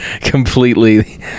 completely